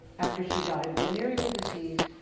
after she died of venereal disease,